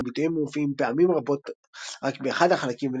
ישנם ביטויים המופיעים פעמים רבות רק באחד החלקים,